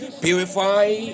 Purify